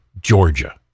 Georgia